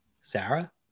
Sarah